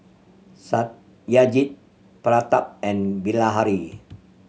Satyajit Pratap and Bilahari